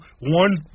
one